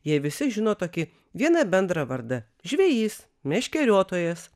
jie visi žino tokį vieną bendrą vardą žvejys meškeriotojas